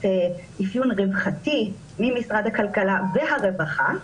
אפיון רווחתי ממשרד הכלכלה והרווחה,